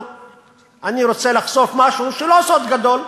אני רוצה לחשוף משהו, שהוא לא סוד גדול,